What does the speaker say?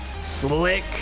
slick